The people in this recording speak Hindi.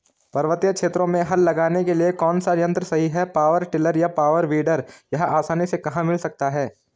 पर्वतीय क्षेत्रों में हल लगाने के लिए कौन सा यन्त्र सही है पावर टिलर या पावर वीडर यह आसानी से कहाँ मिल सकता है?